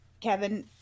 Kevin